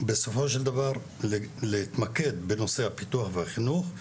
בסופו של דבר להתמקד בנושא הפיתוח והחינוך.